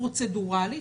פרוצדורלית,